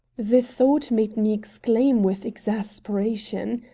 the thought made me exclaim with exasperation.